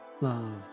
love